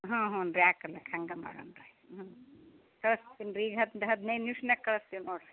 ಹಾಂ ಹ್ಞೂ ರೀ ಹಾಕ್ಲಿಕ್ಕೆ ಹಾಗೆ ಮಾಡೋಣ ರೀ ಹ್ಞೂ ತೋರ್ಸ್ತೀನಿ ರೀ ಈಗ ಹತ್ತು ಹದ್ನೈದು ನಿಮ್ಶ್ನಾಗ ಕಳ್ಸ್ತೀವಿ ನೋಡಿರಿ